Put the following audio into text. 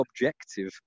objective